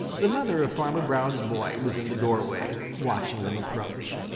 the mother of farmer brown's boy was in the doorway, watching them approach.